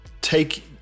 take